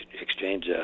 exchange